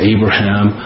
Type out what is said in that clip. Abraham